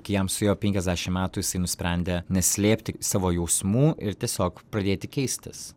kai jam suėjo penkiasdešim metų jisai nusprendė neslėpti savo jausmų ir tiesiog pradėti keistis